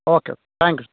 okay thanks